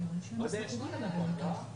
אתם צריכים לתת תשובות.